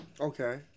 Okay